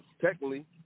technically